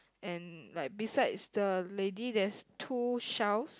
and like besides the lady there's two shells